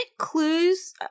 clues